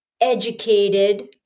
educated